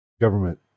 government